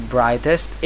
Brightest